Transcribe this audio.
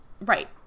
Right